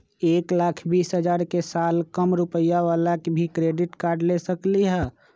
एक लाख बीस हजार के साल कम रुपयावाला भी क्रेडिट कार्ड ले सकली ह?